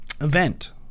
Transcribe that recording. event